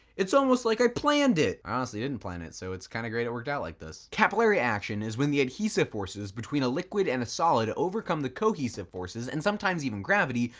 it's almost like i planned it. i honestly didn't plan it, so it's kinda great it worked out like this. capillary action is when the adhesive forces between a liquid and a solid overcome cohesive forces and sometimes even gravity,